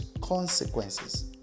consequences